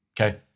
okay